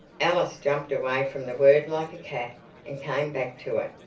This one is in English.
alice jumped away from the word like a cat and came back to it,